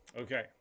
okay